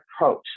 approach